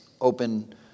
open